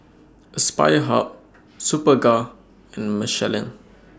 Aspire Hub Superga and Michelin